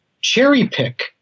cherry-pick